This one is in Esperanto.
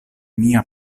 mia